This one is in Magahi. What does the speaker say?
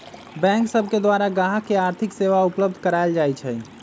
बैंक सब के द्वारा गाहक के आर्थिक सेवा उपलब्ध कराएल जाइ छइ